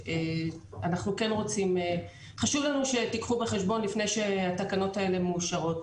שאנחנו כן רוצים וחשוב לנו שתיקחו בחשבון לפני שהתקנות האלה מאושרות.